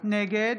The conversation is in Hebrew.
נגד